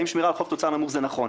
האם שמירה על חוב-תוצר נמוך זה נכון?